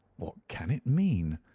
what can it mean?